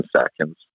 seconds